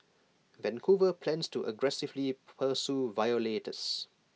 Vancouver plans to aggressively pursue violators